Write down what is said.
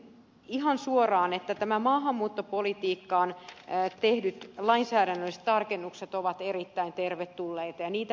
totesin ihan suoraan että maahanmuuttopolitiikkaan tehdyt lainsäädännölliset tarkennukset ovat erittäin tervetulleita ja niitä me toivomme